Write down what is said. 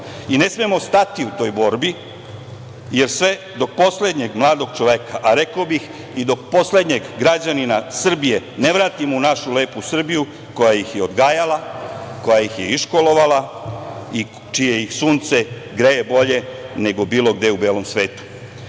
i ne smemo stati u toj borbi jer sve dok poslednjeg mladog čoveka, a rekao bih i do poslednjeg građanina Srbije, ne vratimo u našu lepu Srbiju koja ih je odgajala, koja ih je iškolovala i čije ih sunce greje bolje nego bilo gde u belom svetu…